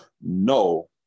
no